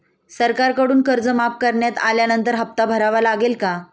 सरकारकडून कर्ज माफ करण्यात आल्यानंतर हप्ता भरावा लागेल का?